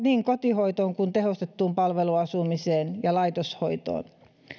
niin kotihoitoon kuin tehostettuun palveluasumiseen ja laitoshoitoon